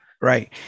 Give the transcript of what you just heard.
right